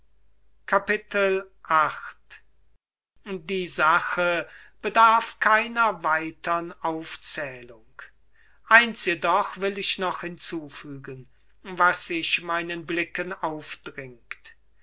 die sache bedarf keiner weitern aufzählung eins jedoch will ich noch hinzufügen was sich meinen blicken aufdringt